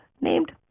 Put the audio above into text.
named